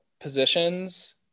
positions